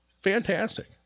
Fantastic